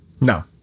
No